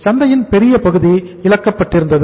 சந்தையின் பெரிய பகுதி இழக்கப்பட்டிருந்தது